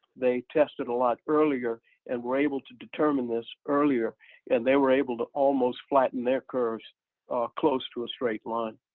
they tested a lot earlier and we're able to determine this earlier and they were able to almost flatten their curves close to a straight line.